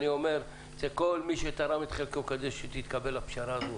אני אומר לכל מי שתרם את חלקו כדי שתתקבל הפשרה הזו,